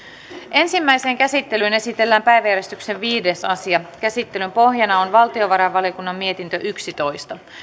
ensimmäiseen käsittelyyn esitellään päiväjärjestyksen viides asia käsittelyn pohjana on valtiovarainvaliokunnan mietintö yksitoista